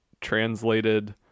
Translated